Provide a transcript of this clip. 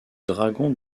dragons